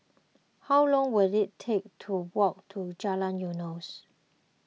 how long will it take to walk to Jalan Eunos